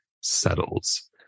settles